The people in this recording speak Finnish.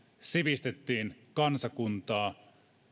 sivistettiin kansakuntaa